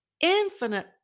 infinite